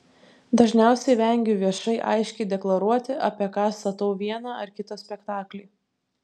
dažniausiai vengiu viešai aiškiai deklaruoti apie ką statau vieną ar kitą spektaklį